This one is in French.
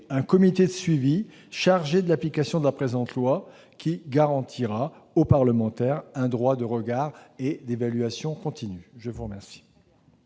un comité de suivi chargé de l'application de la présente loi, qui garantira aux parlementaires un droit de regard et d'évaluation continu. Très bien